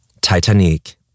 Titanic